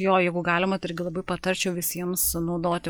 jo jeigu galima tai irgi labai patarčiau visiems naudoti bendrai